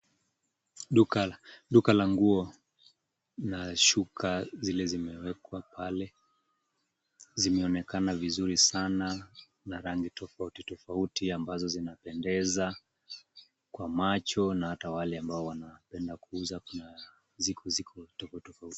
Duka la nguo na shuka zile zimewekwa pale, zinaonekana pale na rangi tofauti tofauti ambazo zinapendeza kwa macho na ata kwa wale wanapenda kuuza, ziko tofauti tofauti.